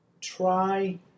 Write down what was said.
try